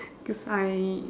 cause I